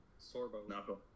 sorbo